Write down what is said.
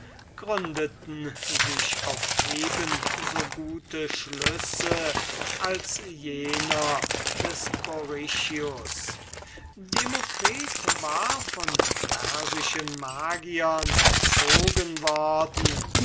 gründeten sich auf eben so gute schlüsse als jener des borrichius demokritus war von persischen magis erzogen worden